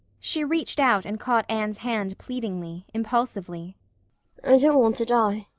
she reached out and caught anne's hand pleadingly, impulsively i don't want to die.